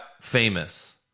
famous